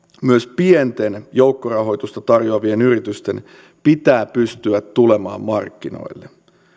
myös pienten joukkorahoitusta tar joavien yritysten pitää pystyä tulemaan markkinoille